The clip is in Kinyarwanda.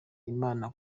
imana